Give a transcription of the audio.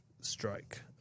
strike